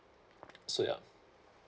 so yup